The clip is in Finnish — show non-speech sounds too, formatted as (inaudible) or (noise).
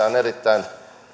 (unintelligible) on erittäin